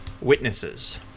witnesses